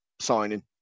signing